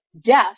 death